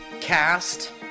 cast